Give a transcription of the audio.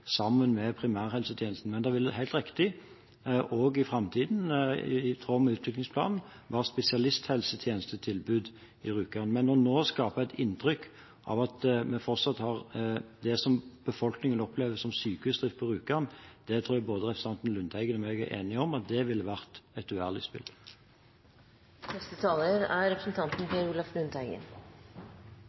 med primærhelsetjenesten. Men det vil – helt riktig – også i framtiden, i tråd med utviklingsplanen, være spesialisthelsetjenestetilbud på Rjukan. Men det å nå skape et inntrykk av at en fortsatt har det som befolkningen opplever som sykehusdrift, på Rjukan, tror jeg representanten Lundteigen og jeg er enige om at ville vært et uærlig spill. Vi kan være enige om at det er